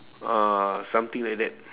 ah something like that